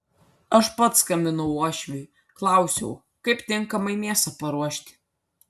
aš pats skambinau uošviui klausiau kaip tinkamai mėsą paruošti